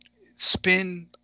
spin